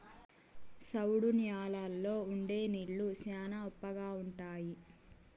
సౌడు న్యాలల్లో ఉండే నీళ్లు శ్యానా ఉప్పగా ఉంటాయి